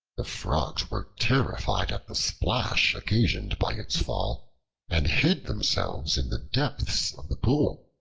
the frogs were terrified at the splash occasioned by its fall and hid themselves in the depths of the pool.